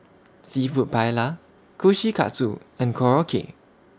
Seafood Paella Kushikatsu and Korokke